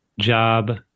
job